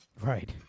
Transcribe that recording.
Right